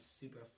super